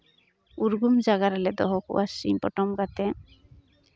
ᱩᱨᱜᱩᱢ ᱡᱟᱭᱜᱟ ᱨᱮᱞᱮ ᱫᱚᱦᱚ ᱠᱚᱣᱟ ᱥᱤᱧ ᱯᱚᱴᱚᱢ ᱠᱟᱛᱮᱫ